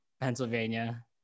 Pennsylvania